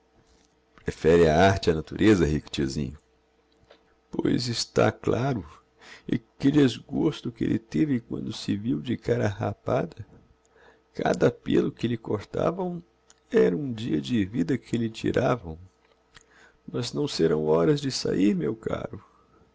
prefere a arte á natureza rico tiozinho pois está claro e que desgosto que elle teve quando se viu de cara rapada cada pêllo que lhe cortavam era um dia de vida que lhe tiravam mas não serão horas de sair meu caro